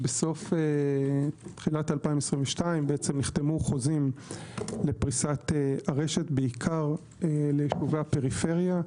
בסוף 2022 נחתמו חוזים לפריסת הרשת בעיקר לישובי הפריפריה.